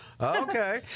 Okay